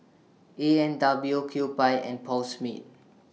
A and W Kewpie and Paul Smith